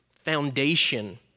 foundation